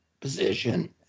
position